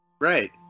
right